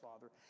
Father